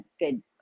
good